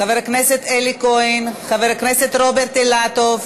חבר הכנסת אלי כהן, חבר הכנסת רוברט אילטוב,